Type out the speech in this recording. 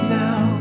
now